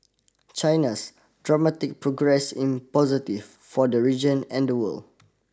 China's dramatic progress in positive for the region and the world